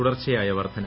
തുടർച്ചയായ വർദ്ധന